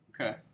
okay